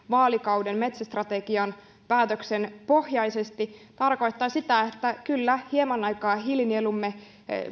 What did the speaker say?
vaalikauden metsästrategian päätöksen pohjaisesti tarkoittaa sitä että kyllä hieman aikaa hiilinielumme